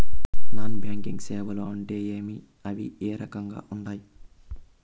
non banking సేవలు అంటే ఏమి అవి ఏ రకంగా ఉండాయి